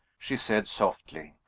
she said softly.